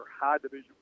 high-division